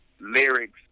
lyrics